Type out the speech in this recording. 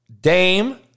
Dame